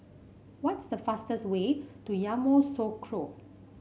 what's the fastest way to Yamoussoukro